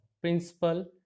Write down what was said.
principal